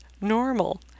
normal